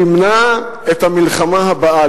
תמנע את המלחמה הבאה.